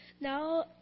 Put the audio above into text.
Now